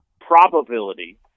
probability –